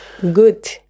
Good